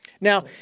Now